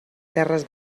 terres